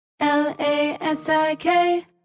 L-A-S-I-K